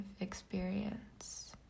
experience